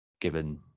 given